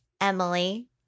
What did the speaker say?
Emily